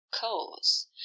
cause